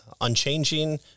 unchanging